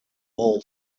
all